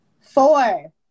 Four